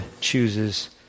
chooses